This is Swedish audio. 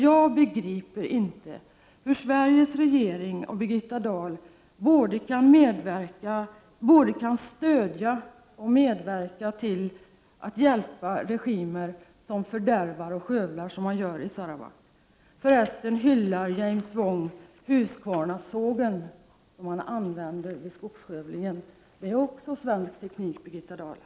Jag begriper inte hur Sveriges regering och Birgitta Dahl kan både stödja och medverka till att hjälpa regimer som fördärvar och skövlar på det sätt som man gör i Sarawak. Förresten hyllar James Wong Husqvarnasågen som man använder vid skogsskövlingen. Det är också svensk teknik, Birgitta Dahl!